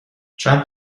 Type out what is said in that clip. چند